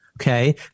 Okay